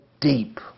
deep